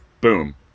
boom